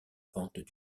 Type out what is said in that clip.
pentes